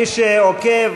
מי שעוקב,